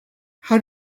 how